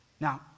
Now